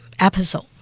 episode